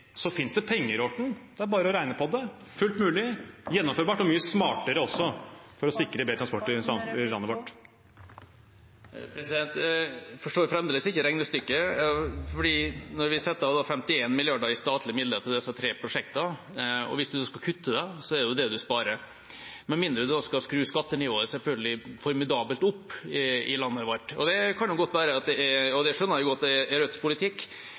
så finnes det penger, det er bare å regne på det. Det er fullt mulig, gjennomførbart og mye smartere også for å sikre bedre transport i landet vårt. Jeg forstår fremdeles ikke regnestykket, for vi setter av 51 mrd. kr i statlige midler til disse tre prosjektene, og hvis man da skal kutte det, er det det man sparer – med mindre man da skal skru skattenivået formidabelt opp i landet vårt, selvfølgelig. Det kan godt være, og det skjønner jeg godt er Rødts politikk, men det er